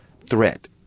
threat